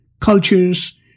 cultures